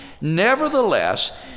nevertheless